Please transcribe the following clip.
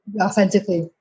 Authentically